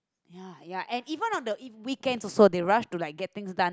ya ya and even on the ev~ weekend also they rush to like getting done